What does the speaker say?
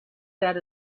that